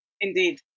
Indeed